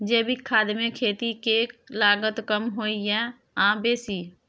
जैविक खाद मे खेती के लागत कम होय ये आ बेसी?